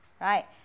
right